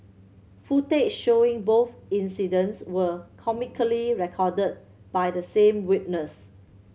footage showing both incidents were comically recorded by the same witness